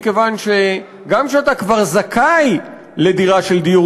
מכיוון שגם כשאתה כבר זכאי לדירה של דיור